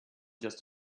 just